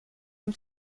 man